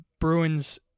Bruins –